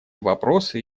вопросы